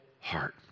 heart